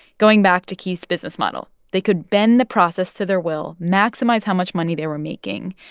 going back to keith's business model, they could bend the process to their will, maximize how much money they were making,